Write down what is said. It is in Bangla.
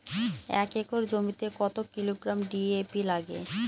এক একর জমিতে কত কিলোগ্রাম ডি.এ.পি লাগে?